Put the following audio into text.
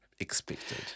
expected